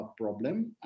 problem